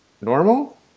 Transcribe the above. normal